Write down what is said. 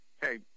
hey